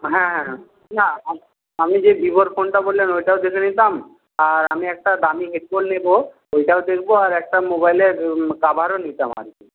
হ্যাঁ না আপনি যে ভিভোর ফোনটা বললেন ওটাও দেখে নিতাম আর আমি একটা দামি হেডফোন নেবো ওইটাও দেখবো আর মোবাইলের কাভারও নিতাম আর কি